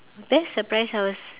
best surprise I was